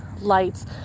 lights